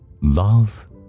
Love